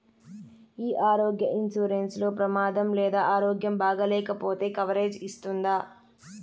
ఈ ఆరోగ్య ఇన్సూరెన్సు లో ప్రమాదం లేదా ఆరోగ్యం బాగాలేకపొతే కవరేజ్ ఇస్తుందా?